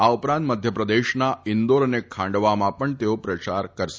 આ ઉપરાંત મધ્યપ્રદેશના ઇંદોર અને ખાંડવામા પણ તેઓ પ્રસાર કરશે